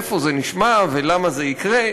איפה זה נשמע ולמה זה יקרה?